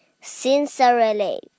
Sincerely